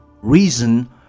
reason